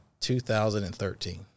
2013